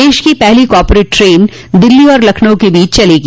देश की पहली कॉरपोरेट ट्रेन दिल्ली और लखनऊ के बीच चलेगी